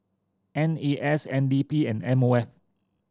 N A S N D P and M O F